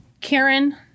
Karen